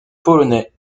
polonais